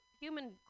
human